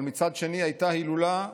אבל מצד שני, הייתה הילולה,